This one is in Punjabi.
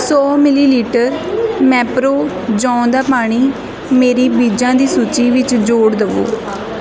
ਸੌ ਮਿਲੀ ਲੀਟਰ ਮੈਪਰੋ ਜੌਂ ਦਾ ਪਾਣੀ ਮੇਰੀ ਬੀਜਾਂ ਦੀ ਸੂਚੀ ਵਿੱਚ ਜੋੜ ਦੇਵੋ